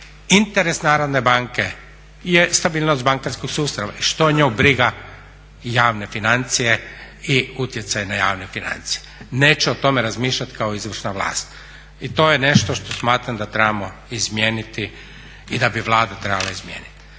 interes Narodne banke je stabilnost bankarskog sustava i što nju briga javne financije i utjecaj na javne financije. Neće o tome razmišljati kao izvršna vlast. I to je nešto što smatram da trebamo izmijeniti i da bi Vlada trebala izmijeniti.